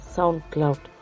SoundCloud